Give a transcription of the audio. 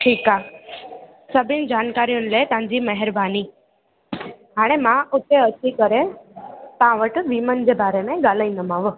ठीकु आ सभिनी जानकारीयुनि लाइ तव्हांजी महिरबानी हाणे मां हुते अची करे तव्हां वटि वीमनि जे बारे में ॻाल्हाईंदोमांव